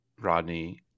Rodney